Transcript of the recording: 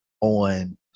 on